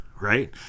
right